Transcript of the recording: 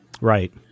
Right